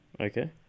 Okay